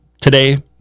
today